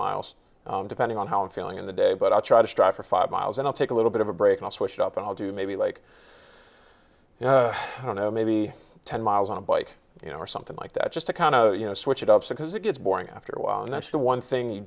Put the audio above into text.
miles depending on how i'm feeling in the day but i try to strive for five miles and i'll take a little bit of a break a sweat shop and i'll do maybe like you know i don't know maybe ten miles on a bike you know or something like that just to kind of you know switch it up because it gets boring after a while and that's the one thing you